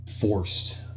forced